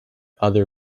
other